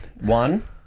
One